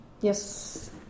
Yes